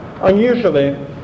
Unusually